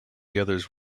others